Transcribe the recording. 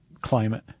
climate